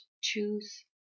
choose